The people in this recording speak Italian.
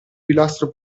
pilastro